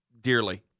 dearly